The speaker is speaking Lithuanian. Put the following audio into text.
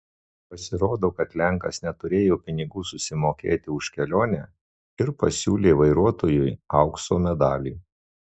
pasirodo kad lenkas neturėjo pinigų susimokėti už kelionę ir pasiūlė vairuotojui aukso medalį